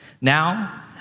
Now